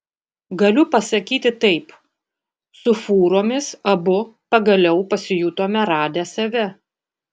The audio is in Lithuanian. galiu pasakyti taip su fūromis abu pagaliau pasijutome radę save